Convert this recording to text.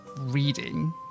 reading